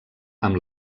amb